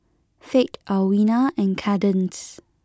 Fate Alwina and Kadence